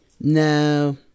no